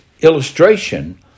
illustration